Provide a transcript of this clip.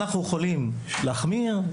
אנחנו יכולים להחמיר,